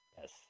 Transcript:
yes